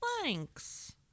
Thanks